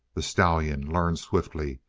the stallion learned swiftly.